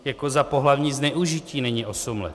Jako za pohlavní zneužití není osm let.